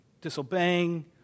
disobeying